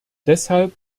deshalb